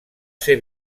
ser